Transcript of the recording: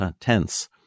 tense